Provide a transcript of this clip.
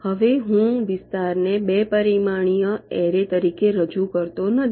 હવે હું વિસ્તારને 2 પરિમાણીય એરે તરીકે રજૂ કરતો નથી